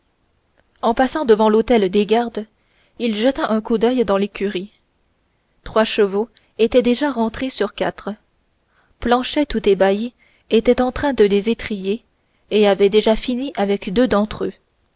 en passant devant l'hôtel des gardes il jeta un coup d'oeil dans l'écurie trois chevaux étaient déjà rentrés sur quatre planchet tout ébahi était en train de les étriller et avait déjà fini avec deux d'entre eux